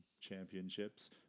championships